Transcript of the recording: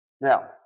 Now